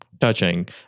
touching